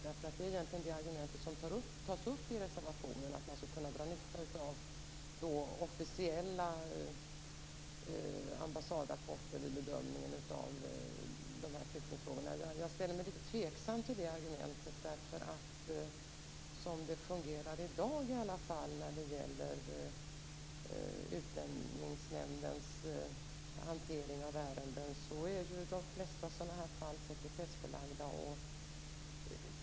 Det är egentligen det argumentet som tas upp i reservationen, att man skall kunna dra nytta av officiella ambassadrapporter vid bedömningen av dessa flyktingfrågor. Jag ställer mig litet tveksam till det argumentet, därför att så som det fungerar i dag när det gäller Utlänningsnämndens hantering av ärenden är de flesta sådana här fall sekretessbelagda.